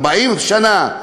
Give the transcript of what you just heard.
40 שנה,